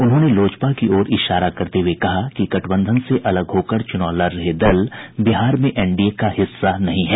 उन्होंने लोजपा की ओर इशारा करते हुए कहा कि गठबंधन से अलग होकर चुनाव लड़ रहे दल बिहार में एनडीए का हिस्सा नहीं हैं